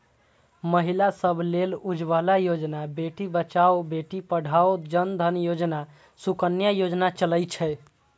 महिला सभ लेल उज्ज्वला योजना, बेटी बचाओ बेटी पढ़ाओ, जन धन योजना, सुकन्या योजना चलै छै